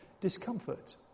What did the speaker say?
discomfort